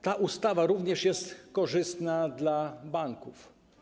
Ta ustawa również jest korzystna dla banków.